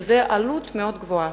וזו עלות מאוד גבוהה.